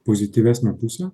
pozityvesnę pusę